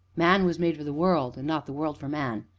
man was made for the world, and not the world for man!